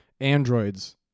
Androids